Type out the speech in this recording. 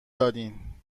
دادیدن